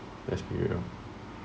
let's be real